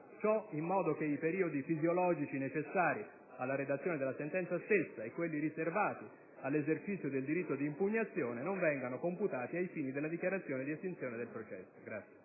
ciò, in modo che i periodi fisiologici necessari alla redazione della sentenza stessa e quelli riservati all'esercizio del diritto di impugnazione non vengano computati ai fini della dichiarazione di estinzione del processo.